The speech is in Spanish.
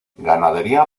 ganadería